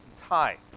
tie